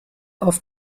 auf